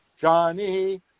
Johnny